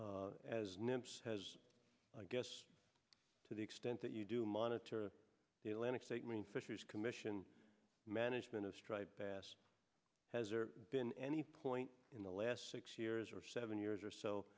years as i guess to the extent that you do monitor the atlantic statement fisheries commission management of striped bass has there been any point in the last six years or seven years or so